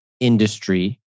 industry